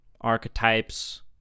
archetypes